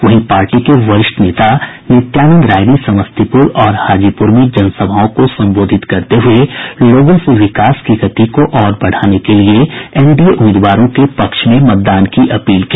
वहीं पार्टी के वरिष्ठ नेता नित्यानंद राय ने समस्तीपुर और हाजीपुर में जनसभाओं को संबोधित करते हुए लोगों से विकास की गति को और बढ़ाने के लिए एनडीए उम्मीदवारों के पक्ष में मतदान की अपील की